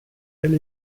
elle